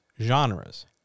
genres